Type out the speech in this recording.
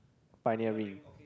pioneer ring